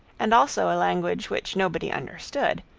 and also a language which nobody understood,